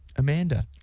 Amanda